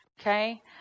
okay